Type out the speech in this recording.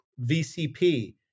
VCP